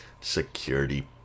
security